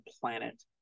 planet